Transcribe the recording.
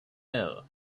air